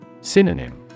Synonym